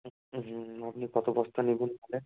হুম হুম আপনি কতো বস্তা নেবেন তাহলে